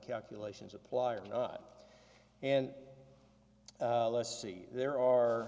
calculations apply or not and let's see there are